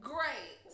Great